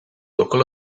local